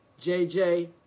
JJ